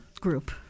group